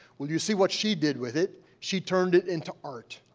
well, you see what she did with it she turned it into art,